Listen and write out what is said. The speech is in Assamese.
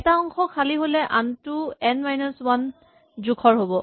এটা অংশ খালী হ'লে আনটো এন মাইনাচ ৱান জোখৰ হ'ব